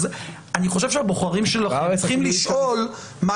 אז אני חושב שהבוחרים שלכם צריכים לשאול,